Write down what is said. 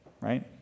right